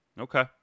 Okay